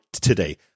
today